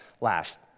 Last